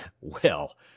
Well